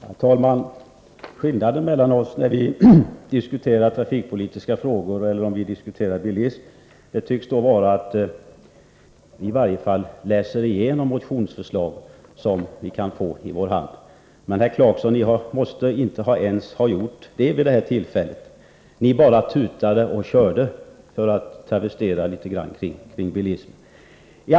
Herr talman! Skillnaden mellan oss när vi diskuterar trafikpolitiska frågor eller bilism tycks vara att vi i varje fall läser igenom de motionsförslag som vi kan få i vår hand. Men, herr Clarkson, ni måtte inte ens ha gjort det vid detta tillfälle — ni bara tutade och körde, för att travestera litet grand om bilismen.